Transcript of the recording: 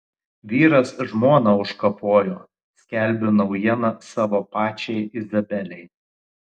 vyras žmoną užkapojo skelbiu naujieną savo pačiai izabelei